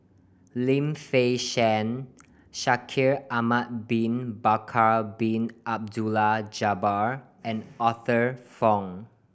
Lim Fei Shen Shaikh Ahmad Bin Bakar Bin Abdullah Jabbar and Arthur Fong